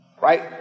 right